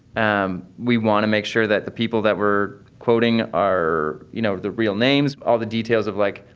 um we want to make sure that the people that we're quoting are, you know, the real names, all the details of, like,